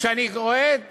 כשאני קורא את